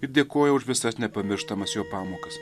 ir dėkoja už visas nepamirštamas jo pamokas